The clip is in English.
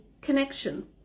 connection